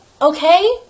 Okay